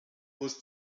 muss